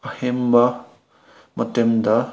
ꯑꯍꯦꯟꯕ ꯃꯇꯝꯗ